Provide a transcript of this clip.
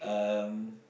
um